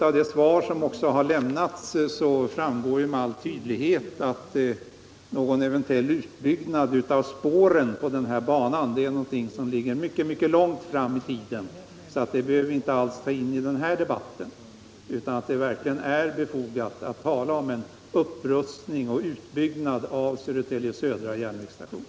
Av det svar som har lämnats framgår med all tydlighet att en eventuell utbyggnad av spåren på banan ligger mycket långt fram i tiden. Det behöver vi inte alls ta in i den här debatten. Det är därför verkligen befogat att tala om en upprustning och utbyggnad av Södertälje Södra järnvägsstation.